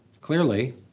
clearly